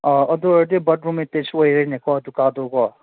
ꯑꯥ ꯑꯗꯨ ꯑꯣꯏꯔꯗꯤ bathroom attach ꯑꯣꯏꯔꯦꯅꯦꯀꯣ ꯑꯗꯨ ꯀꯥꯗꯨ ꯀꯣ